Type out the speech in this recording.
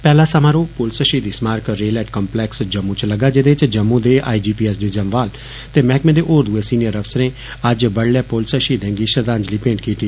पहला समारोह पुलिस शहीदी स्मारक रेल हैड काम्पलैक्स जम्मू च लग्गा जैदे च जम्मू दे I G P S D Jamwal ते मैहकमें दे होर दुए सीनियर अफसरें अज्ज बड्डलै पुलिस शहीदें गी श्रद्धांजलि मेंट कीती